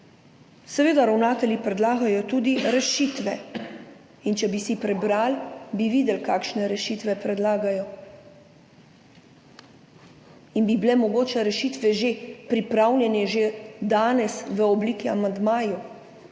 Seveda ravnatelji predlagajo tudi rešitve. In če bi si prebrali, bi videli, kakšne rešitve predlagajo, in bi bile mogoče rešitve pripravljene že danes v obliki amandmajev.